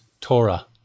Torah